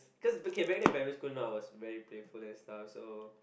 cause okay back then in primary school now I was very playful and stuff so